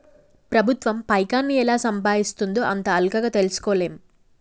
ప్రభుత్వం పైకాన్ని ఎలా సంపాయిస్తుందో అంత అల్కగ తెల్సుకోలేం